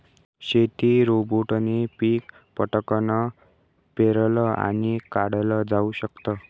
शेती रोबोटने पिक पटकन पेरलं आणि काढल जाऊ शकत